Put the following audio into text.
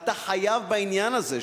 ואתה חייב בעניין הזה,